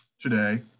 today